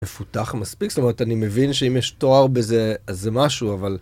מפותח מספיק זאת אומרת אני מבין שאם יש תואר בזה אז זה משהו אבל...